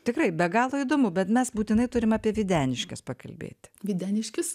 tikrai be galo įdomu bet mes būtinai turime apie videniškiuose pakalbėti videniškius